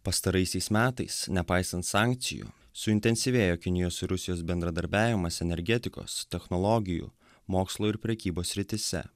pastaraisiais metais nepaisant sankcijų suintensyvėjo kinijos ir rusijos bendradarbiavimas energetikos technologijų mokslo ir prekybos srityse